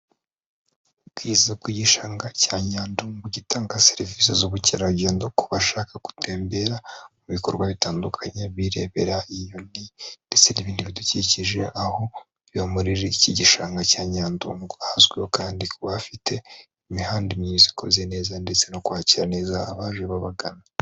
Ubwiza bw'igishanga cya Nyandungu gitanga serivisi z'ubukerarugendo ku bashaka gutembera mu bikorwa bitandukanye birebera inyoni ndetse n'ibindi bidukikije, aho biba muri iki gishanga cya Nyandungu. Hazwiho kandi kuba hafite imihanda myiza, ikoze neza ndetse no kwakira neza abaje babagana.